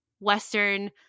western